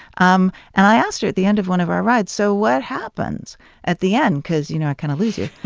um and i asked her at the end of one of our rides so what happens at the end cause, you know, i kind of lose you.